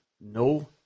no